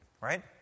Right